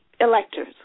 electors